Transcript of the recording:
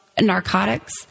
narcotics